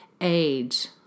age